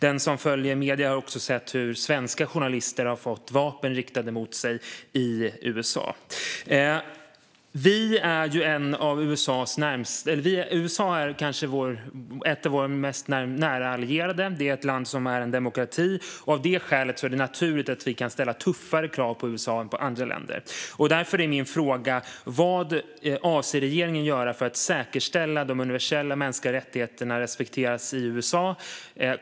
Den som följer medierna har också sett svenska journalister i USA få vapen riktade mot sig. USA är en av våra närmaste allierade. Och det är en demokrati. Av det skälet kan vi ställa tuffare krav på USA än på andra länder. Därför undrar jag vad regeringen avser att göra för att säkerställa att de universella mänskliga rättigheterna respekteras i USA?